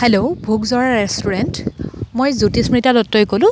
hello Bhogjora restaurant মই জ্যোতিস্মৃতা দত্তই ক'লোঁ